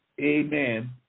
amen